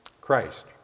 Christ